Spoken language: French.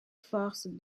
force